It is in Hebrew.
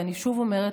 ואני שוב אומרת,